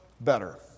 better